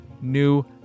new